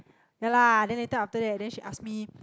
ya lah then later after that then she asked me